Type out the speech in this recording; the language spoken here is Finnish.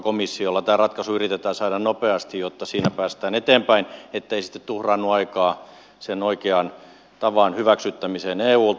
tämä ratkaisu yritetään saada nopeasti jotta siinä päästään eteenpäin ettei sitten tuhraannu aikaa sen oikean tavan hyväksyttämiseen eulta